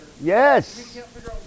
Yes